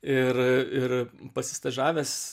ir ir pasistažavęs